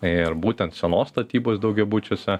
ir būtent senos statybos daugiabučiuose